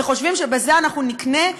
וחושבים שבזה נקנה,